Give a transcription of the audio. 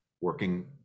working